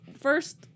First